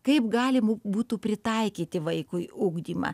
kaip galima būtų pritaikyti vaikui ugdymą